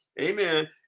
amen